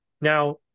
Now